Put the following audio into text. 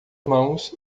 mãos